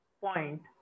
point